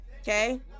okay